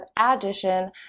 Addition